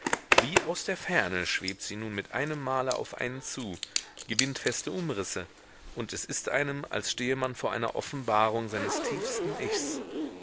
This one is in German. wie aus der ferne schwebt sie nun mit einem male auf einen zu gewinnt feste umrisse und es ist einem als stehe man vor einer offenbarung seines tiefsten